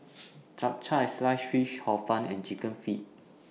Chap Chai Siced Fish Hor Fun and Chicken Feet